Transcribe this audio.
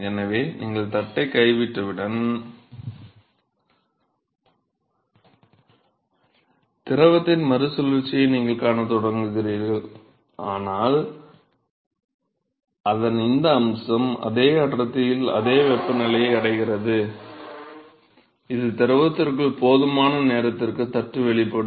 எனவே நீங்கள் தட்டைக் விட்டவுடன் திரவத்தின் மறுசுழற்சியை நீங்கள் காணத் தொடங்குவீர்கள் ஆனால் அதன் இந்த அம்சம் அதே அடர்த்தியில் அதே வெப்பநிலையை அடைகிறது இது திரவத்திற்குள் போதுமான நேரத்திற்கு தட்டு வெளிப்படும்